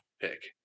pick